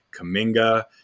Kaminga